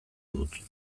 dut